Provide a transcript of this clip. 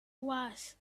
was